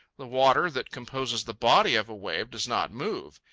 the water that composes the body of a wave does not move.